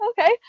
Okay